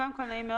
קודם כול, נעים.